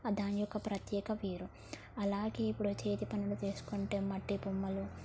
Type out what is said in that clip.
దాని యొక్క ప్రత్యేకత వేరు అలాగే ఇప్పుడు చేతి పనులు తీసుకుంటే మట్టి బొమ్మలు